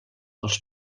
els